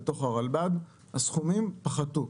בתוך הרלב"ד הסכומים פחתו,